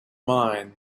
mind